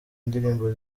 indirimbo